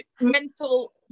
mental